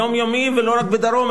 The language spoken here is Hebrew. יום-יום ולא רק בדרום,